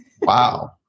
Wow